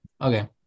okay